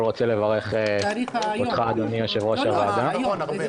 ינואר 2020,